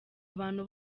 abantu